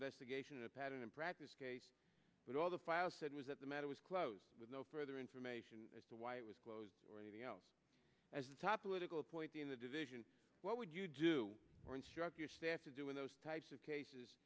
investigation a pattern and practice case but all the files said was that the matter was closed with no further information as to why it was closed or anything else as a top political appointee in the division what would you do or instruct your staff to do in those types of cases